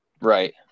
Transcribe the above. Right